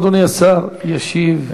אדוני השר ישיב.